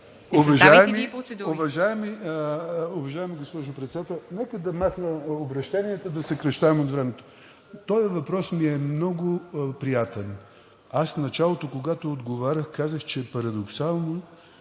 Уважаема госпожо Председател, нека да махна обръщенията, за да съкращавам от времето. Този въпрос ми е много приятен. Аз в началото, когато отговарях, казах, че е парадоксално